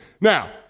Now